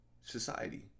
society